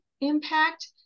impact